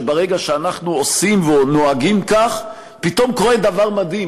שברגע שאנחנו עושים ונוהגים כך פתאום קורה דבר מדהים,